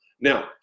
Now